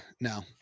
No